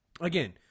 Again